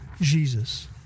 Jesus